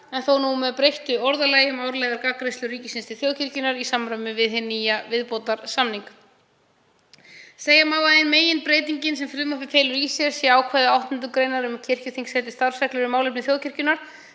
en þó nú með breyttu orðalagi um árlegar greiðslur ríkisins til þjóðkirkjunnar í samræmi við hinn nýja viðbótarsamning. Segja má að ein meginbreytingin sem frumvarpið felur í sér sé ákvæði 8. gr. um að kirkjuþing setji starfsreglur um málefni þjóðkirkjunnar.